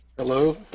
Hello